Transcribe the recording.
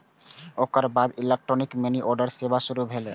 ओकर बाद electronic money order सेवा शुरू भेलै